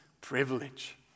privilege